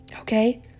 Okay